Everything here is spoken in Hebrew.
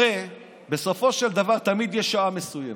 הרי בסופו של דבר תמיד יש שעה מסוימת,